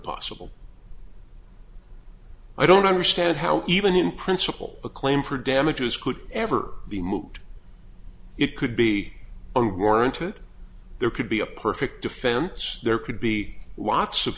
possible i don't understand how even in principle a claim for damages could ever be moot it could be unwarranted there could be a perfect defense there could be lots of